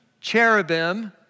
cherubim